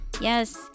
Yes